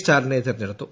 സ്റ്റാലിനെ തിരഞ്ഞെടുത്തു